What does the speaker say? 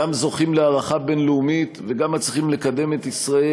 גם זוכים להערכה בין-לאומית וגם מצליחים לקדם את ישראל,